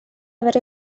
berri